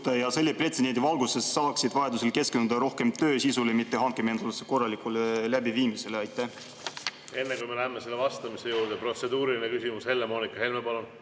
ja selle pretsedendi valguses saaksid vajadusel keskenduda rohkem töö sisule, mitte hankemenetluse korralikule läbiviimisele? Enne kui me läheme sellele vastamise juurde, protseduuriline küsimus. Helle-Moonika Helme, palun!